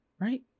right